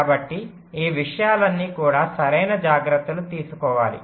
కాబట్టి ఈ విషయాలన్నీ కూడా సరైన జాగ్రత్తలు తీసుకోవాలి